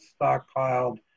stockpiled